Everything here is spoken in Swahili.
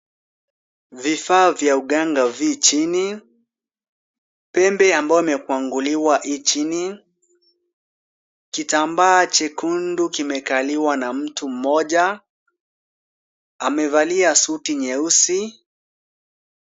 Vifaa vya uganga vi chini, pembe ambayo imekwaguliwa i chini. Kitambaa chekundu kimekaliwa na mtu mmoja, amevalia suti nyeusi.